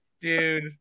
dude